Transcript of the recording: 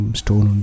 stone